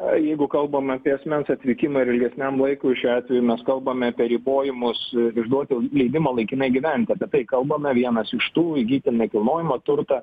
jeigu kalbame apie asmens atvykimą ir ilgesniam laikui šiuo atveju mes kalbame apie ribojimus išduoti leidimą laikinai gyventi apie tai kalbame vienas iš tų įgyti nekilnojamą turtą